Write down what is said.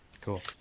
Cool